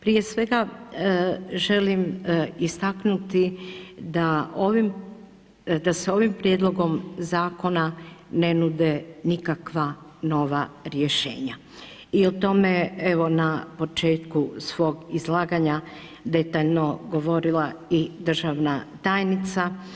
Prije svega želim istaknuti da se ovim prijedlogom zakona ne nude nikakva nova rješenja i o tome evo na početku svog izlaganja detaljno govorila i državna tajnica.